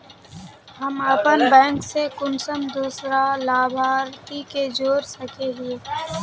हम अपन बैंक से कुंसम दूसरा लाभारती के जोड़ सके हिय?